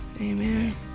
amen